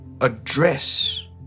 address